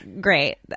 great